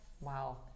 Wow